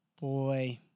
Boy